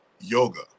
yoga